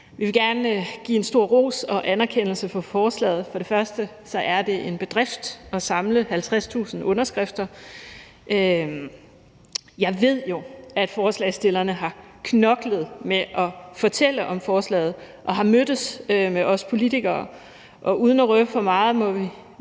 Vi vil gerne give en stor ros og anerkendelse af forslaget. Det er en bedrift at samle 50.000 underskrifter. Jeg ved jo, at forslagsstillerne har knoklet med at fortælle om forslaget og har mødtes med os politikere. Og uden at røbe for meget vil